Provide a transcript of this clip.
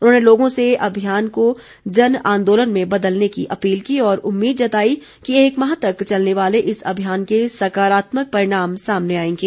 उन्होंने लोगों से अभियान को जन आन्दोलन में बदलने की अपील की और उम्मीद जताई कि एक माह तक चलने वाले इस अभियान के सकारात्मक परिणाम सामने आएंगे